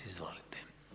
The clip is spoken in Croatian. Izvolite.